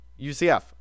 UCF